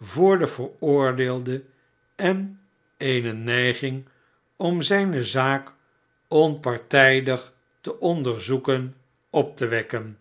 voor den veroordeelde en eene neiging om zijne zaak onpartijdig te onderzoeken op te wekken